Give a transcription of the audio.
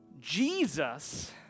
Jesus